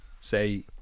say